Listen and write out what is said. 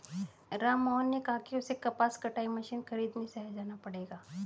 राममोहन ने कहा कि उसे कपास कटाई मशीन खरीदने शहर जाना पड़ेगा